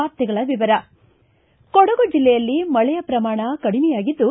ವಾರ್ತೆಗಳ ವಿವರ ಕೊಡಗು ಜಿಲ್ಲೆಯಲ್ಲಿ ಮಳೆಯ ಪ್ರಮಾಣ ಕಡಿಮೆಯಾಗಿದ್ದು